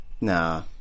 Nah